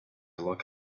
look